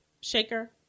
shaker